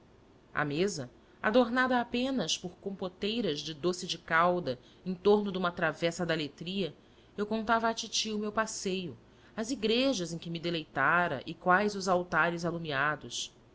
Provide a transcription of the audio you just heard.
à mesa adornada apenas por compoteiras de doce de calda em torno de uma travessa de aletria eu contava à titi o meu passeio as igrejas em que me deleitara e quais os altares alumiados